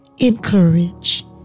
encourage